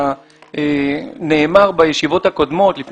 כדי